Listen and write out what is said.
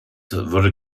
würde